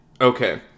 Okay